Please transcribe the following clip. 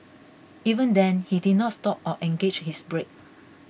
even then he did not stop or engaged his brake